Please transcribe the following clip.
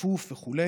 צפוף שם וכו'.